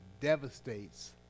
devastates